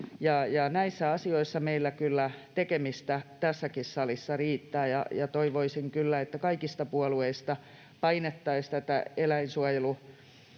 Näissä asioissa meillä kyllä tekemistä tässäkin salissa riittää, ja toivoisin kyllä, että kaikista puolueista painettaisiin tätä eläinsuojelulakia